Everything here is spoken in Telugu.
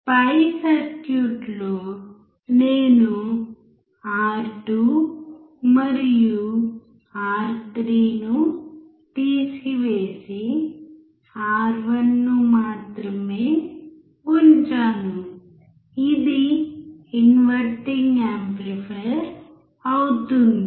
పై సర్క్యూట్లో నేను R2 మరియు R3 ను తీసివేసి R1 ను మాత్రమే ఉంచాను ఇది ఇన్వర్టింగ్ యాంప్లిఫైయర్ అవుతుంది